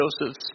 Joseph's